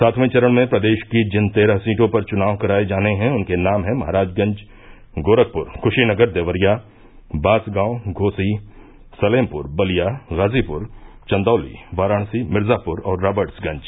सातवें चरण में प्रदेश की जिन तेरह सीटों पर चुनाव कराये जाने हैं उनके नाम हैं महराजगंज गोरखपुर कूशीनगर देवरिया बांसगांव घोसी सलेमपुर बलिया गाजीपुर चन्दौली वाराणसी मिर्जापुर और राबट्सगंज